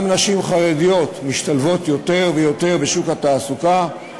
גם נשים חרדיות משתלבות יותר ויותר בשוק התעסוקה.